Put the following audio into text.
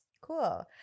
Cool